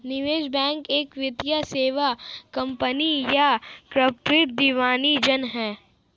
निवेश बैंक एक वित्तीय सेवा कंपनी या कॉर्पोरेट डिवीजन है